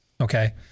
okay